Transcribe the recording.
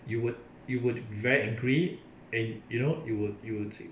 you would you would be very angry and you know you would you would